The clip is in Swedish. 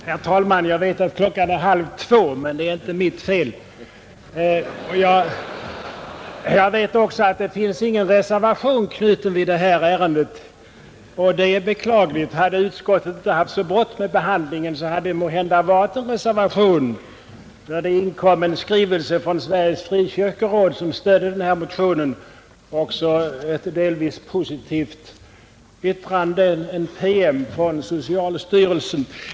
Herr talman! Jag vet att klockan är halv två, men det är inte mitt fel! Jag vet också att det inte finns någon reservation knuten till betänkandet i detta ärende, och det är beklagligt. Hade utskottet inte haft så brått med behandlingen hade det måhända varit en reservation, eftersom det inkom en skrivelse från Sveriges frikyrkoråd som stödde motionen och även ett delvis positivt yttrande, en PM, emanerande från socialstyrelsen.